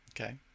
Okay